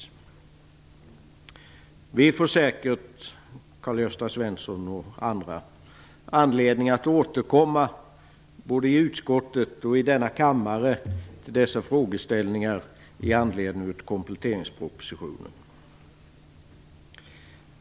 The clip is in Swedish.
Vi får säkert, Karl-Gösta Svenson och andra, anledning att återkomma, både i utskottet och i denna kammare, till dessa frågeställningar med anledning av kompletteringspropositionen.